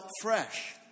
fresh